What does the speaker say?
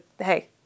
hey